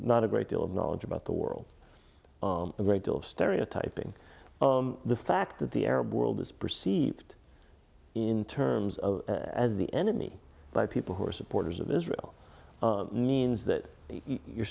not a great deal of knowledge about the world a great deal of stereotyping the fact that the arab world is perceived in terms of as the enemy by people who are supporters of israel means that you're